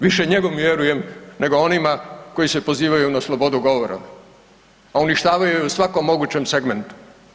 Više njemu vjerujem nego onima koji se pozivaju na slobodu govora, a uništavaju je u svakom mogućem segmentu.